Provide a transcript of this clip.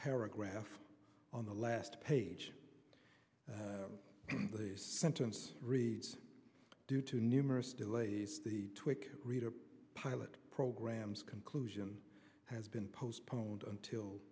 paragraph on the last page but this sentence reads due to numerous delays the tweek reader pilot programs conclusion has been postponed until